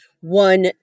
one